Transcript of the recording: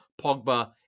Pogba